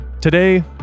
Today